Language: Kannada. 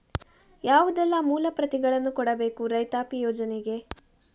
ಯಾವುದೆಲ್ಲ ಮೂಲ ಪ್ರತಿಗಳನ್ನು ಕೊಡಬೇಕು ರೈತಾಪಿ ಯೋಜನೆಗೆ?